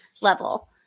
level